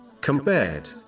compared